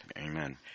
Amen